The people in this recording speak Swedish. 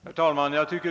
Herr talman!